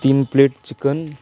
तीन plate chicken